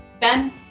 Ben